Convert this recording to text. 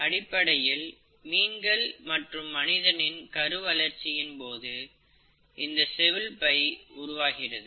அடிப்படையில் மீன்கள் மற்றும் மனிதனின் கரு வளர்ச்சியின் போது இந்த செவுள் பை உருவாகிறது